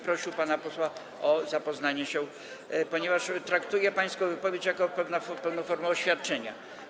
Prosiłbym pana posła o zapoznanie się z tym, ponieważ traktuję pańską wypowiedź jako pewną formę oświadczenia.